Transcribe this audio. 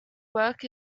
work